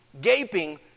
gaping